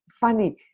funny